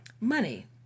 Money